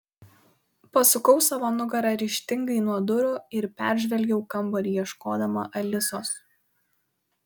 pasukau savo nugarą ryžtingai nuo durų ir peržvelgiau kambarį ieškodama alisos